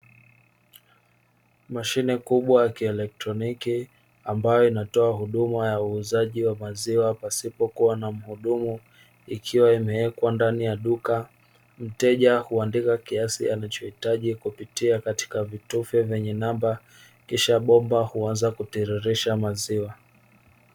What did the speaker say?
Mashine kubwa ya kielektroniki ambayo inatoa huduma ya uuzaji wa maziwa pasipo kuwa na mhudumu ikiwa imewekwa ndani ya duka. Mteja huandika kiasi anachohitaji kupitia katika vitufe vyenye namba kisha bomba huanza kutiririsha maziwa.